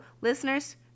listeners